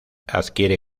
adquiere